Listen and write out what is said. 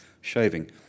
shaving